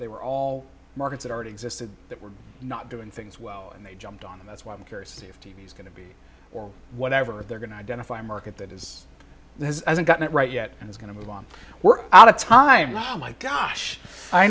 they were all markets that already existed that were not doing things well and they jumped on that's why i'm curious if t v is going to be or whatever they're going to identify market that is has got it right yet and it's going to move on we're out of time oh my gosh i